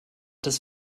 dass